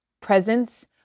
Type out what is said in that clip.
presence